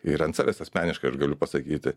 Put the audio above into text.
ir ant savęs asmeniškai aš galiu pasakyti